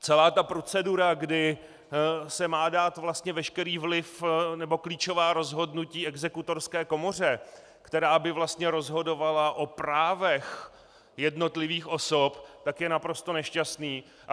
Celá procedura, kdy se má dát vlastně veškerý vliv nebo klíčová rozhodnutí Exekutorské komoře, která by vlastně rozhodovala o právech jednotlivých osob, je naprosto nešťastná.